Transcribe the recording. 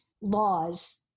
laws